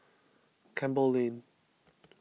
Campbell Lane